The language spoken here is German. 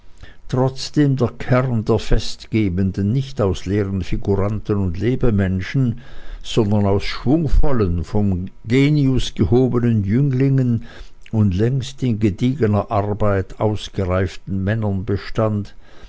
trotzdem der kern der festgebenden nicht aus leeren figuranten und lebemenschen sondern aus schwungvollen vom genius gehobenen jünglingen und längst in gediegener arbeit ausgereiften männern bestand